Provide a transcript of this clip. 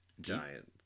giant